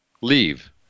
leave